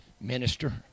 minister